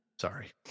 Sorry